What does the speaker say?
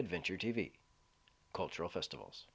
adventure t v cultural festivals